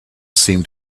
seemed